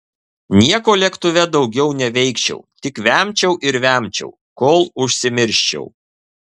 nieko lėktuve daugiau neveikčiau tik vemčiau ir vemčiau kol užsimirščiau